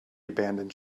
abandoned